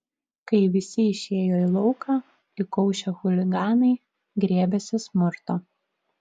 kai visi išėjo į lauką įkaušę chuliganai griebėsi smurto